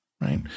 Right